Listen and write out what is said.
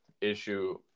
issue –